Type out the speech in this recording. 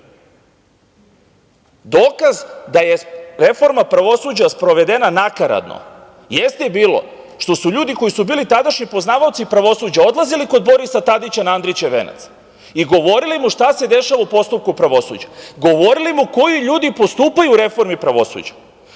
Dokaz da je reforma pravosuđa sprovedena nakaradno jeste bilo što su ljudi koji su bili tadašnji poznavaoci pravosuđa odlazili kod Borisa Tadića na Andrićev venac i govorili mu šta se dešava u postupku pravosuđa. Govorili mu koji ljudi postupaju u reformi pravosuđa.